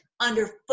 underfoot